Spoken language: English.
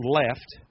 left